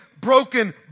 broken